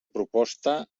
proposta